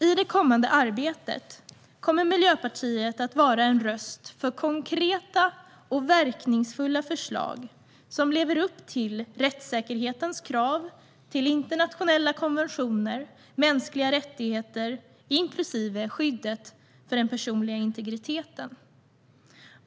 I det kommande arbetet kommer Miljöpartiet att vara en röst för konkreta och verkningsfulla förslag som lever upp till rättssäkerhetens krav, till internationella konventioner och till mänskliga rättigheter, inklusive skyddet för den personliga integriteten.